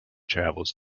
travels